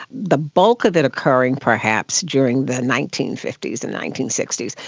the bulk of it occurring perhaps during the nineteen fifty s and nineteen sixty s,